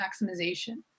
maximization